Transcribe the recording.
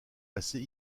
assez